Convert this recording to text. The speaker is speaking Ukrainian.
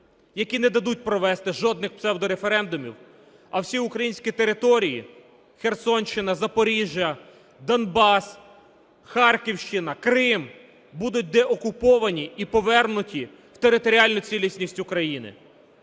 які не дадуть провести жодних псевдореферендумів, а всі українські території: Херсонщина, Запоріжжя, Донбас, Харківщина, Крим будуть деокуповані і повернуті в територіальну цілісність України.